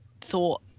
thought